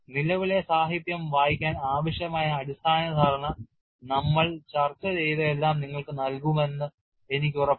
നിലവിലെ സാഹിത്യം വായിക്കാൻ ആവശ്യമായ അടിസ്ഥാന ധാരണ നമ്മൾ ചർച്ച ചെയ്തതെല്ലാം നിങ്ങൾക്ക് നൽകുമെന്ന് എനിക്ക് ഉറപ്പുണ്ട്